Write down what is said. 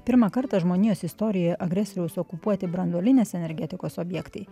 pirmą kartą žmonijos istorijoje agresoriaus okupuoti branduolinės energetikos objektai